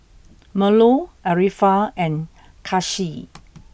Melur Arifa and Kasih